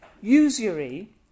Usury